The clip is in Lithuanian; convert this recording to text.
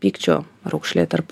pykčio raukšlė tarp